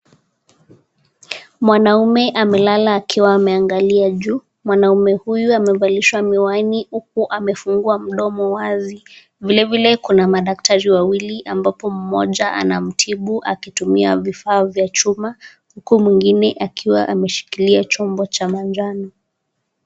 Mwanaume amelala akiwa ameangalia juu. Mwanaume huyu amevalishwa miwani huku amefungua mdomo wazi. Vile vile kuna madaktari wawili ambapo mmoja anamtibu akitumia vifaa vya chuma huku mwingine akiwa ameshikilia chombo cha manjano.